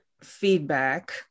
feedback